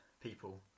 people